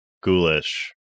ghoulish